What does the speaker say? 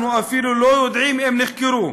ואנחנו אפילו לא יודעים אם נחקרו.